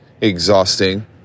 exhausting